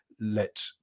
let